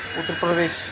Uttar Pradesh